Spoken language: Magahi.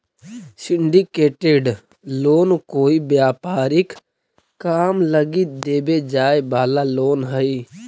सिंडीकेटेड लोन कोई व्यापारिक काम लगी देवे जाए वाला लोन हई